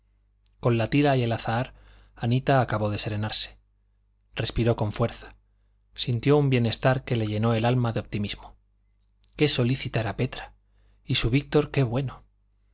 con la tila y el azahar anita acabó de serenarse respiró con fuerza sintió un bienestar que le llenó el alma de optimismo qué solícita era petra y su víctor qué bueno